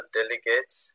delegates